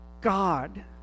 God